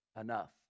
enough